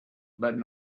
but